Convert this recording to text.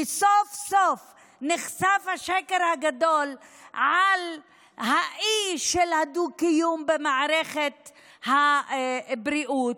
וסוף-סוף נחשף השקר הגדול על האי של הדו-קיום במערכת הבריאות.